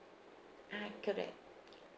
ah correct